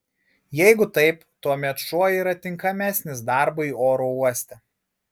jeigu taip tuomet šuo yra tinkamesnis darbui oro uoste